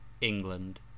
England